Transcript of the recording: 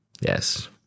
Yes